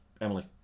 Emily